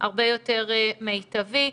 הרבה יותר מיטבי.